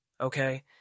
Okay